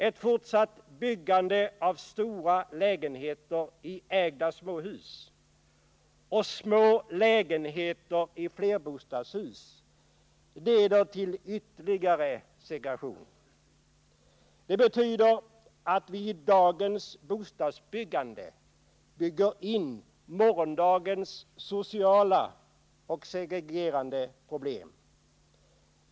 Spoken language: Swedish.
Ett fortsatt byggande av stora lägenheter i ägda småhus och små lägenheter i flerbostadshus leder till ytterligare segregation. Det betyder att vi i dagens bostadsproduktion bygger in morgondagens sociala och segregerande problem.